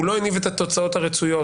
הוא לא הניב את התוצאות הרצויות,